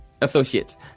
Associates